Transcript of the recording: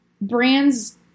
brands